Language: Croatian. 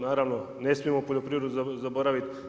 Naravno ne smijemo poljoprivredu zaboraviti.